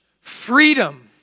freedom